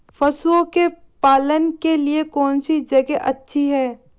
पशुओं के पालन के लिए कौनसी जगह अच्छी है?